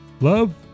Love